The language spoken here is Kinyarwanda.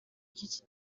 iki